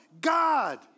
God